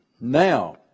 Now